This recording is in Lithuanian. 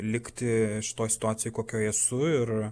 likti šitoj situacijoj kokioj esu ir